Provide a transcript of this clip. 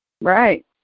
Right